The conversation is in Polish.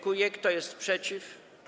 Kto jest przeciw?